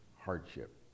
hardship